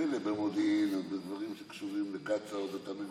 מילא במודיעין או בדברים שקשורים לקצצ"א עוד אתה מבין.